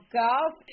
golf